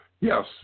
Yes